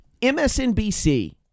MSNBC